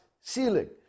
ceiling